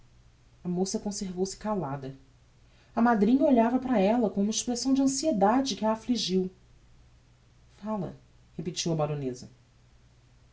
a moça conservou-se calada a madrinha olhava para ella com uma expressão de anciedade que a affligiu fala repetiu a baroneza